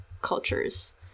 cultures